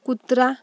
कुत्रा